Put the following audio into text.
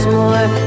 more